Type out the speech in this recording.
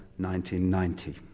1990